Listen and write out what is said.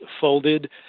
folded